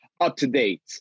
up-to-date